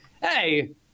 hey